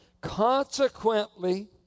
Consequently